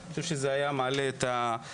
אני חושב שזה היה מעלה את המודעות.